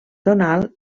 tonal